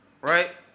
Right